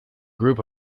group